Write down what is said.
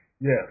Yes